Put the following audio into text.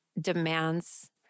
demands